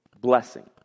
blessing